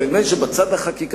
אבל נדמה לי שבצד החקיקתי,